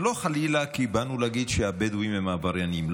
זה לא חלילה כי באנו להגיד שהבדואים הם העבריינים,